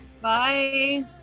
bye